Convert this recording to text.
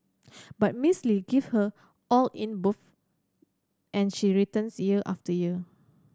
but Miss Lee give her all in both and she returns year after year